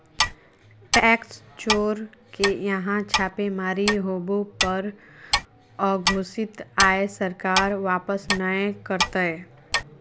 tax चोर के यहां छापेमारी होबो पर अघोषित आय सरकार वापस नय करतय